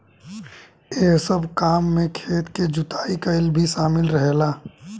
एह सब काम में खेत के जुताई कईल भी शामिल रहेला